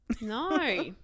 No